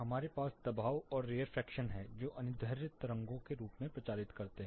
हमारे पास दबाव और रेयरफेक्शन हैं जो अनुदैर्ध्य तरंगों के रूप में प्रचारित करते हैं